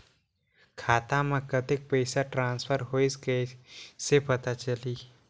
खाता म कतेक पइसा ट्रांसफर होईस कइसे पता चलही?